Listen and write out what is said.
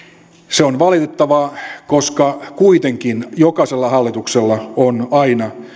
se on valitettavaa koska kuitenkin jokaisella hallituksella on aina